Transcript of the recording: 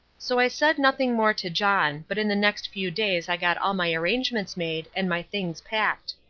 so i said nothing more to john, but in the next few days i got all my arrangements made and my things packed.